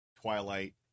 Twilight